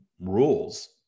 rules